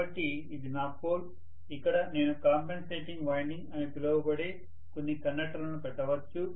కాబట్టి ఇది నా పోల్ ఇక్కడ నేను కాంపెన్సేటింగ్ వైండింగ్ అని పిలువబడే కొన్ని కండక్టర్లను పెట్టవచ్చు